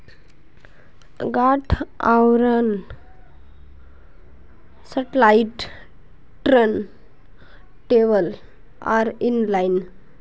गांठ आवरण satellite turn table आर इन लाइन